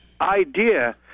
idea